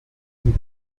and